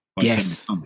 yes